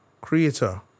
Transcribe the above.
Creator